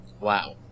Wow